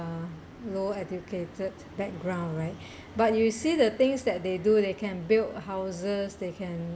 low educated background right but you see the things that they do they can build houses they can